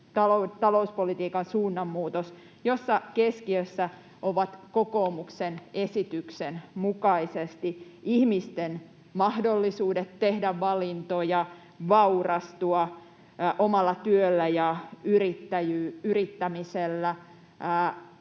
talouspolitiikan suunnanmuutos, jossa keskiössä ovat kokoomuksen esityksen mukaisesti ihmisten mahdollisuudet tehdä valintoja, vaurastua omalla työllä ja yrittämisellä,